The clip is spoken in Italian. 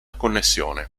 connessione